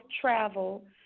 travel